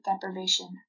deprivation